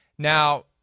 Now